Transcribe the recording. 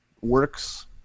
works